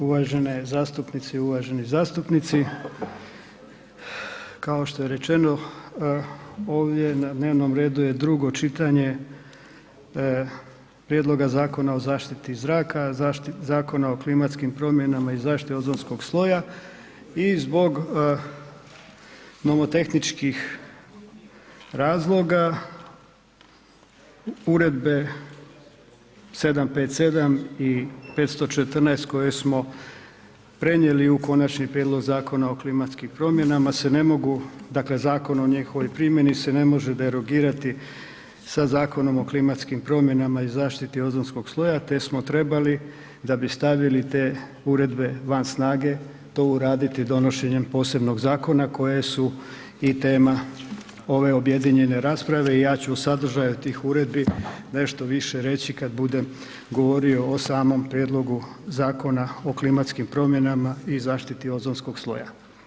Uvažene zastupnice i uvaženi zastupnici, kao što je rečeno ovdje na dnevnom redu je drugo čitanje prijedloga Zakona o zaštiti zraka, Zakona o klimatskim promjenama i zaštiti ozonskog sloja i zbog nomotehničkih razloga uredbe 757 i 514 koje smo prenijeli u Konačni prijedlog Zakona o klimatskim promjenama se ne mogu, dakle zakon o njihovoj primjeni se ne može derogirati sa Zakonom o klimatskim promjenama i zaštiti ozonskog sloja te smo trebali da bi stavili te uredbe van snage to uraditi donošenjem posebnog zakona koje su i tema ove objedinjene rasprave i ja ću o sadržaju tih uredbi nešto više reći kad budem govorio o samom prijedlogu Zakona o klimatskim promjenama i zaštiti ozonskog sloja.